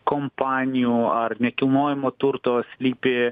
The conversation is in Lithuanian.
kompanijų ar nekilnojamo turto slypi